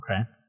Okay